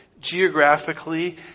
geographically